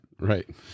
Right